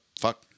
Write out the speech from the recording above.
fuck